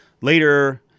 later